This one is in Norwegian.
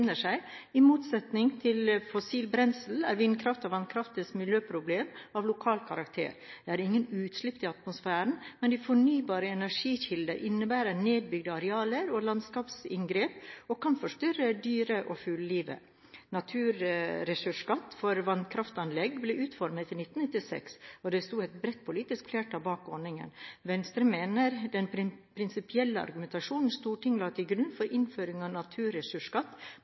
der de befinner seg. I motsetning til fossil brensel er vindkraftens og vannkraftens miljøproblemer av lokal karakter. Det er ingen utslipp til atmosfæren, men de fornybare energikildene innebærer nedbygde arealer og landskapsinngrep og kan forstyrre dyre- og fuglelivet. Naturressursskatt for vannkraftanlegg ble utformet i 1996, og det sto et bredt politisk flertall bak ordningen. Venstre mener den prinsipielle argumentasjonen Stortinget la til grunn for innføring av naturressursskatt